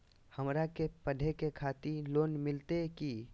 हमरा के पढ़े के खातिर लोन मिलते की?